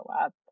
up